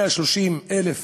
130,000